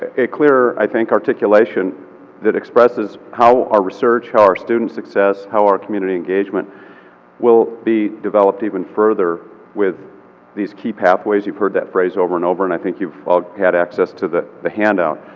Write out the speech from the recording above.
ah a clear i think articulation that expresses how our research, how our students' success, how our community engagement will be developed even further with these key pathways. you've heard that phrase over and over and i think you've all had access to the the handout.